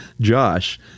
Josh